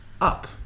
up